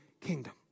kingdom